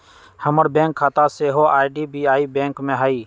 हमर बैंक खता सेहो आई.डी.बी.आई बैंक में हइ